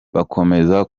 bakomeza